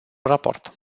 raport